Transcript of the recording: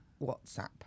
WhatsApp